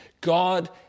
God